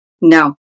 No